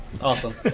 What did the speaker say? Awesome